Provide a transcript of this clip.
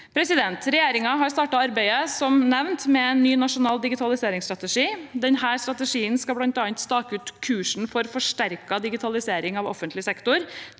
styrkes. Regjeringen har, som nevnt, startet arbeidet med en ny nasjonal digitaliseringsstrategi. Denne strategien skal bl.a. stake ut kursen for forsterket digitalisering av offentlig sektor,